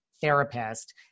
therapist